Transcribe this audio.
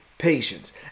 patience